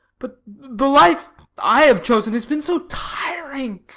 but the life i have chosen has been so tiring,